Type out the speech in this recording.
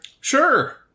Sure